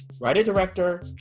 writer-director